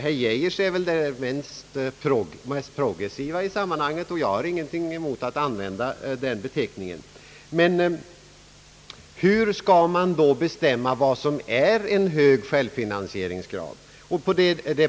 Herr Geijers definition är väl den mest progressiva i sammanhanget och jag har ingenting emot att använda den beteckningen. Men hur skall man då bestämma vad som är en hög självfinansieringsgrad?